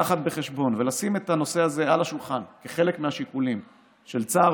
של לקחת בחשבון ולשים את הנושא הזה על השולחן כחלק מהשיקולים של צער